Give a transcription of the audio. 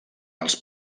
els